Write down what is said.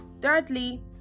Thirdly